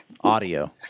audio